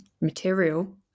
material